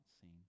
seen